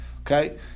Okay